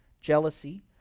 jealousy